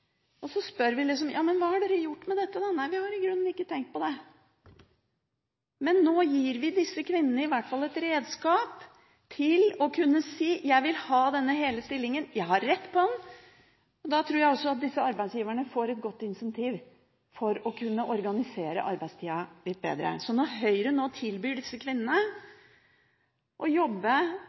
kvinner. Så spør vi: Hva har dere gjort med dette? Nei, det hadde de ikke tenkt på. Men nå gir vi disse kvinnene i hvert fall et redskap til å kunne si: Jeg vil ha denne hele stillingen, jeg har rett til den. Da tror jeg også at disse arbeidsgiverne får et godt initiativ for å kunne organisere arbeidstiden litt bedre. Så når Høyre nå tilbyr disse kvinnene aldri å